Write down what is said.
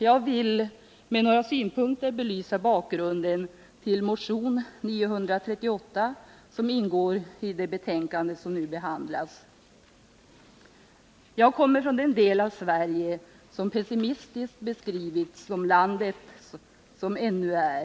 Jag vill med några synpunkter belysa bakgrunden till motion 938, som tas upp i det betänkande som nu behandlas. Jag kommer från den del av Sverige som pessimistiskt beskrivits som ”landet som ännu är.